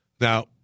Now